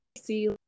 see